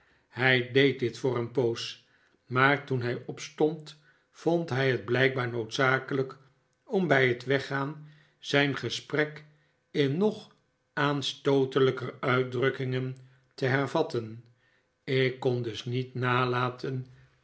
hij deed dit voor een poos maar toen hij opstond vond hij het blijkbaar noodzakelijk om bij het weggaan zijn gesprek in nog aanstootelijker uitdrukkingen te hervatten ik kon dus niet nalaten